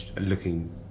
looking